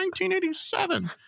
1987